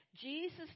Jesus